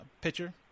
pitcher